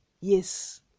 Yes